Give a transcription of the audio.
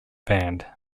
band